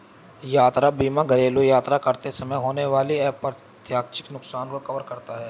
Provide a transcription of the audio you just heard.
यात्रा बीमा घरेलू यात्रा करते समय होने वाले अप्रत्याशित नुकसान को कवर करता है